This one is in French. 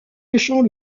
méchant